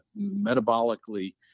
metabolically